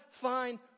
fine